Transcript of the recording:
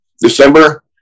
December